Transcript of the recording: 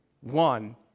one